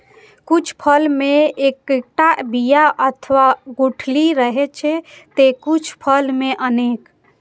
कुछ फल मे एक्केटा बिया अथवा गुठली रहै छै, ते कुछ फल मे अनेक